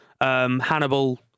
Hannibal